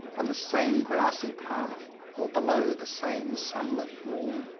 on the same grassy path or below the same sunlit wall.